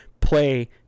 play